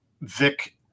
Vic